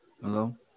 Hello